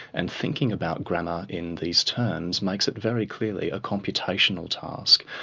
and thinking about grammar in these terms makes it very clearly a computational task,